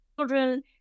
children